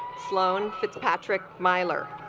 sloane fitzpatrick miler